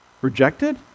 Rejected